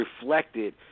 reflected